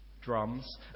drums